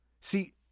See